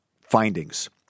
findings